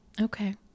Okay